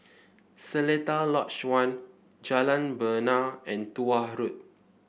Seletar Lodge One Jalan Bena and Tuah Road